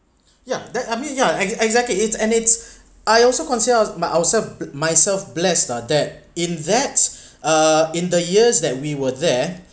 yup that I mean yeah ex~ exactly it's and it's I also consider of my ourself myself blessed or that in that uh in the years that we were there